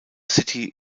city